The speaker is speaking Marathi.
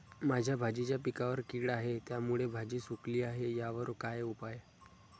माझ्या भाजीच्या पिकावर कीड आहे त्यामुळे भाजी सुकली आहे यावर काय उपाय?